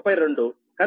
45 KV